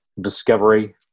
discovery